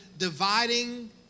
Dividing